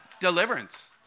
deliverance